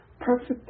perfect